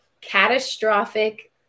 catastrophic